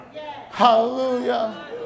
Hallelujah